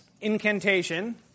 incantation